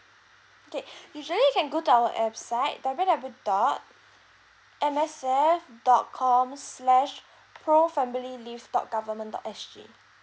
okay usually you can go to our website W W dot M S F dot com slash pro family leave dot government dot S G